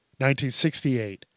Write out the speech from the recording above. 1968